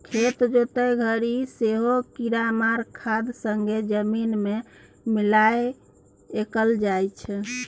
खेत जोतय घरी सेहो कीरामार खाद संगे जमीन मे मिलाएल जाइ छै